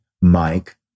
Mike